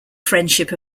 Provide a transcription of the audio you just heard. friendship